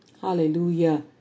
Hallelujah